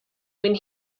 when